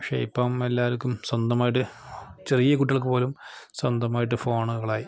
പക്ഷെ ഇപ്പം എല്ലാവർക്കും സ്വന്തമായിട്ട് ചെറിയ കുട്ടികൾക്ക് പോലും സ്വന്തമായിട്ട് ഫോണുകളായി